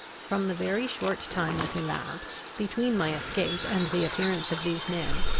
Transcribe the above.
from the very short time that elapsed, between my escape and the appearance of these men,